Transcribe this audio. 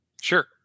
Sure